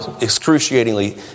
excruciatingly